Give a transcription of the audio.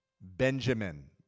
Benjamin